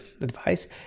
advice